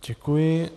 Děkuji.